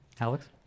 Alex